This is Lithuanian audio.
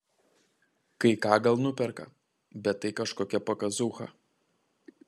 kai ką gal nuperka bet tai kažkokia pakazūcha